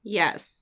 yes